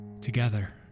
together